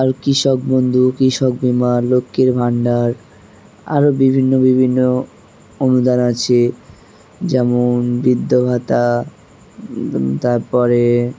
আর কৃষক বন্ধু কৃষক বীমা লক্ষ্মীর ভাণ্ডার আরও বিভিন্ন বিভিন্ন অনুদান আছে যেমন বৃদ্ধ ভাতা তারপরে